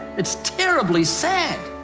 it's terribly sad,